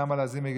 נעמה לזימי,